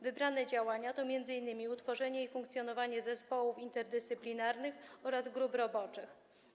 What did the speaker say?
Wybrane działania to m.in. utworzenie i funkcjonowanie zespołów interdyscyplinarnych oraz grup roboczych.